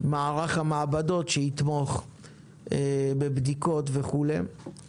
מערך המעבדות שיתמוך בבדיקות וכולי,